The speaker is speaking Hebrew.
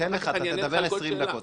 אני אתן לך, תדבר 20 דקות.